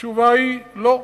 התשובה היא: לא.